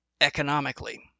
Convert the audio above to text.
economically